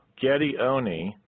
Gedioni